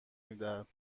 میدهد